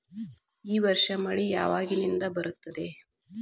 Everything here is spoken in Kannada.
ಈ ವರ್ಷ ಮಳಿ ಯಾವಾಗಿನಿಂದ ಬರುತ್ತದೆ?